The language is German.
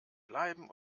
bleiben